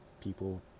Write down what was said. people